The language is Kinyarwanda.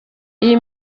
iyi